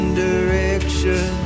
direction